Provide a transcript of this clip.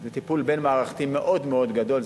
טיפול בין-מערכתי מאוד גדול,